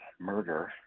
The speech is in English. murder